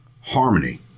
harmony